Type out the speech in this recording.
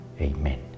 amen